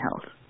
health